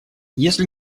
если